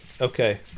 Okay